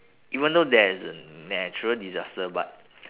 even though there is a natural disaster but